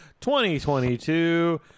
2022